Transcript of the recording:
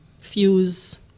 Fuse